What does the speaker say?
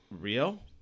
real